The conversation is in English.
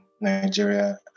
Nigeria